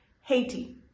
haiti